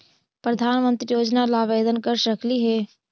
प्रधानमंत्री योजना ला आवेदन कर सकली हे?